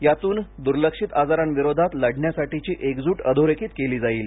यातून दुर्लक्षित आजारांविरोधात लढण्यासाठीची एकजूट अधोरेखित केली जाईल